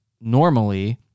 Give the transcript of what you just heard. normally